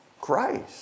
Christ